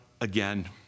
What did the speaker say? again